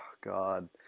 God